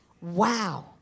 Wow